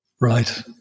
Right